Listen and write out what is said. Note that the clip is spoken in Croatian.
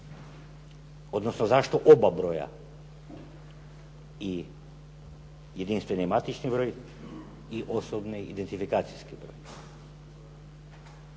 odnosno zašto oba broja i jedinstveni matični broj i osobni identifikacijski broj.